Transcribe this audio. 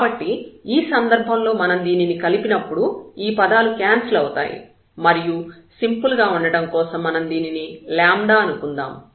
కాబట్టి ఈ సందర్భంలో మనం దీనిని కలిపినప్పుడు ఈ పదాలు క్యాన్సిల్ అవుతాయి మరియు సింపుల్ గా ఉండడం కోసం మనం దీనిని అని అనుకుంటాము